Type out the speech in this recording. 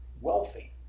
wealthy